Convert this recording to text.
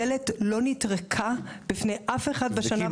הדלת לא נטרקה בפני אף אחד בשנה וחצי האחרונות.